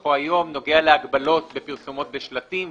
כנוסחו היום נוגע להגבלות בפרסומות ושלטים.